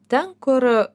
ten kur